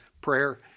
prayer